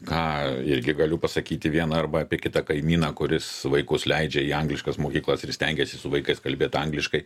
ką irgi galiu pasakyti vieną arba apie kitą kaimyną kuris vaikus leidžia į angliškas mokyklas ir stengiasi su vaikais kalbėt angliškai